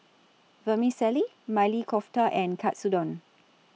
Vermicelli Maili Kofta and Katsudon